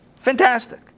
Fantastic